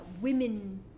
women